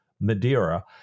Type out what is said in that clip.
Madeira